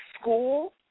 school